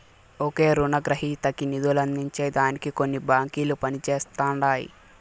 ఒకే రునగ్రహీతకి నిదులందించే దానికి కొన్ని బాంకిలు పనిజేస్తండాయి